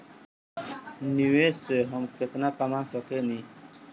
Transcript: निवेश से हम केतना कमा सकेनी?